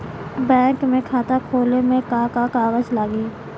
Bank में खाता खोले मे का का कागज लागी?